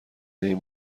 این